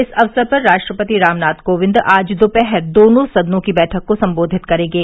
इस अवसर पर राष्ट्रपति रामनाथ कोविन्द आज दोपहर दोनों सदनों की र्बठक को सम्बोधित करेंगे